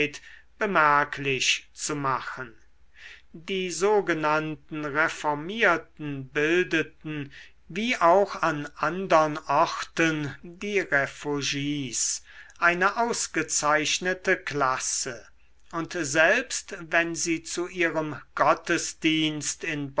bemerklich zu machen die sogenannten reformierten bildeten wie auch an andern orten die refugis eine ausgezeichnete klasse und selbst wenn sie zu ihrem gottesdienst in